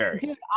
Dude